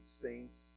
saints